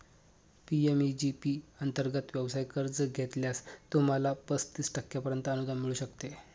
PMEG P अंतर्गत व्यवसाय कर्ज घेतल्यास, तुम्हाला पस्तीस टक्क्यांपर्यंत अनुदान मिळू शकते